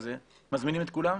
מזמינים את כולם?